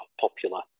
popular